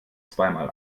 zweimal